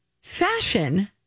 Fashion